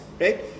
right